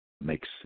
makes